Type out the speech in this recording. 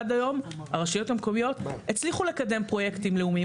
עד היום הרשויות המקומיות הצליחו לקדם פרויקטים לאומיים.